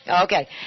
Okay